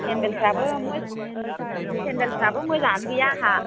सेन्डेलफ्राबो मो सेन्डेलफ्राबो मोजाङानो गैया आंहा